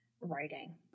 writing